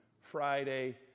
Friday